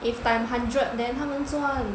if time hundred then 他们赚